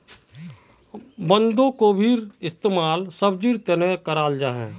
बन्द्गोभीर इस्तेमाल सब्जिर तने कराल जाहा